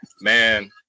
man